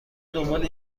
دنبال